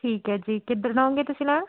ਠੀਕ ਹੈ ਜੀ ਕਿੱਦਣ ਆਊਂਗੇ ਤੁਸੀਂ ਮੈਮ